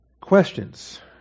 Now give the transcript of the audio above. Questions